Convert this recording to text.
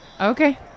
Okay